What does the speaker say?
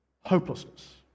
hopelessness